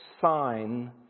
sign